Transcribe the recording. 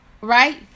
right